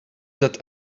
that